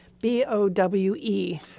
B-O-W-E